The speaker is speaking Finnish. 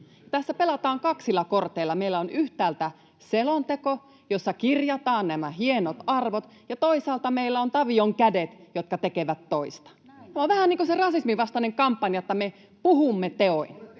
Tässä pelataan kaksilla korteilla: meillä on yhtäältä selonteko, jossa kirjataan nämä hienot arvot, ja toisaalta meillä on Tavion kädet, jotka tekevät toista. [Vasemmistoliiton ryhmästä: Näin on!] Tämä on vähän niin kuin se rasismin vastainen kampanja, että me puhumme teoin.